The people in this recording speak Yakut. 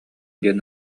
диэн